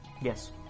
Yes